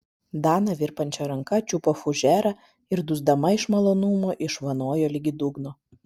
dana virpančia ranka čiupo fužerą ir dusdama iš malonumo išvanojo ligi dugno